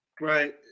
Right